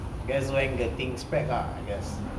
that's when the thing spread lah I guess